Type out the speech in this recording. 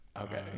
Okay